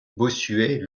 bossuet